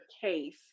case